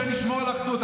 שנשמור על אחדות.